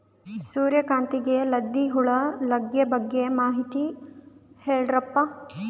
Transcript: ಸೂರ್ಯಕಾಂತಿಗೆ ಲದ್ದಿ ಹುಳ ಲಗ್ಗೆ ಬಗ್ಗೆ ಮಾಹಿತಿ ಹೇಳರಪ್ಪ?